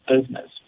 business